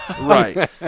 Right